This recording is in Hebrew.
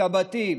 את הבתים,